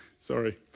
Sorry